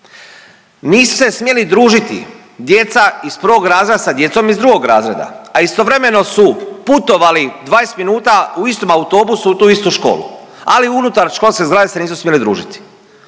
Nisu se smjeli družiti djeca iz prvog razreda sa djecom iz drugog razreda, a istovremeno su putovali 20 minuta u istom autobusu u tu istu školu, ali unutar školske zgrade se nisu smjeli družiti.